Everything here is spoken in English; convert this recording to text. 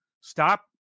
stop